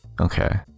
Okay